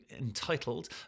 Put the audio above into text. entitled